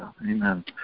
Amen